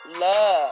love